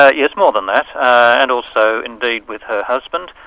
ah yes, more than that. and also indeed with her husband.